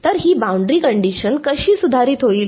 तर ही boundary condition कशी सुधारित होईल